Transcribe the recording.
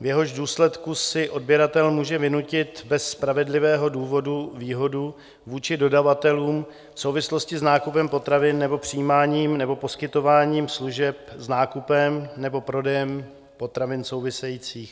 v jehož důsledku si odběratel může vynutit bez spravedlivého důvodu výhodu vůči dodavatelům v souvislosti s nákupem potravin nebo přijímáním nebo poskytováním služeb s nákupem nebo prodejem potravin souvisejících.